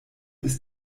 ist